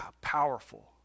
powerful